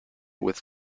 with